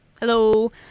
Hello